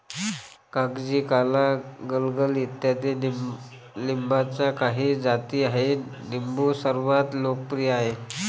कागजी, काला, गलगल इत्यादी लिंबाच्या काही जाती आहेत लिंबू सर्वात लोकप्रिय आहे